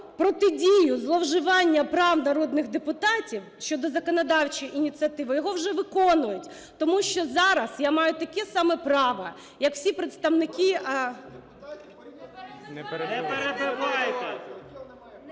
протидію зловживанню прав народних депутатів щодо законодавчої ініціатив, його вже виконують. Тому що зараз я маю таке саме право, як всі представники... (Шум у залі)